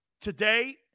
today